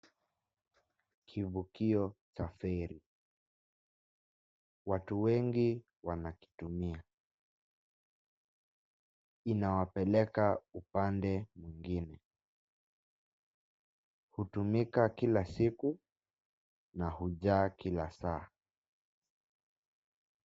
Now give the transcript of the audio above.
Kivukio cha feri. Watu wengi wanakitumia inawapeleka upande mwingine. Hutumika kila siku na hujaa kila saa.